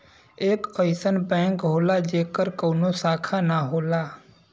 एक अइसन बैंक होला जेकर कउनो शाखा ना होला